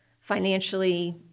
financially